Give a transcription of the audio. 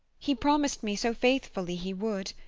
he promised me so faithfully he would.